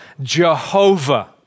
Jehovah